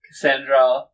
Cassandra